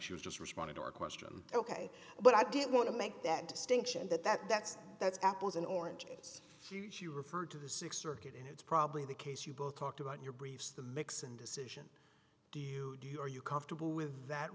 she was just responding to our question ok but i didn't want to make that distinction that that that's that's apples and oranges future you refer to the six or eight and it's probably the case you both talked about your briefs the mix and decision do you do you are you comfortable with that